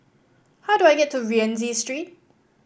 how do I get to Rienzi Street